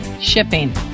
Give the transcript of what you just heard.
shipping